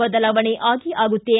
ಬದಲಾವಣೆ ಆಗೇ ಆಗತ್ತೆ